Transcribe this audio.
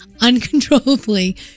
uncontrollably